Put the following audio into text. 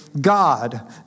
God